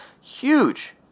huge